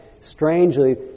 strangely